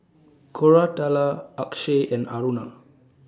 Koratala Akshay and Aruna